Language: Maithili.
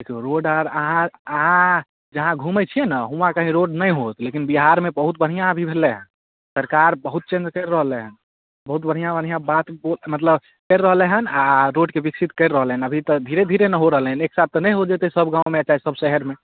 देखियौ रोड आर अहाँ अहाँ जहाँ घुमै छियै ने उहाँ कहीँ रोड नहि होत लेकिन बिहारमे अभी बहुत बढ़िऑं भेलै हँ सरकार बहुत चेन्ज करि रहलै हँ बहुत बढ़ियाँ बढ़ियाँ बात मतलब कैरि रहलै हन आ रोडके भी ठीक कैर रहलै हन अभी तक धीरे धीरे नऽ हो रहलै हन एक साथ तऽ नहि हो जेतै सब गाँवमे चाहे सब शहरमे